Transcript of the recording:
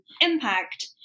impact